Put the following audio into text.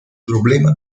problema